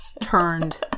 turned